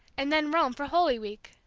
and then rome for holy week!